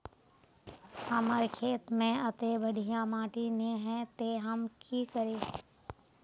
हमर खेत में अत्ते बढ़िया माटी ने है ते हम की करिए?